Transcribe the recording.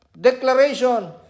declaration